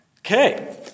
Okay